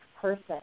person